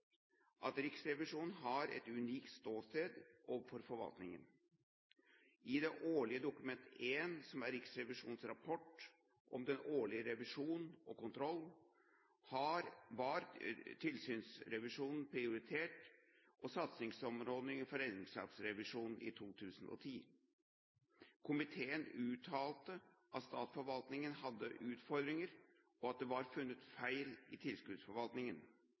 at Riksrevisjonen har et unikt ståsted overfor forvaltningen. I det årlige Dokument 1, som er Riksrevisjonens rapport om den årlige revisjon og kontroll, var tilskuddsrevisjon prioritert satsingsområde for regnskapsrevisjonen i 2010. Komiteen uttalte at statsforvaltningen hadde utfordringer, og at det var funnet feil i tilskuddsforvaltningen.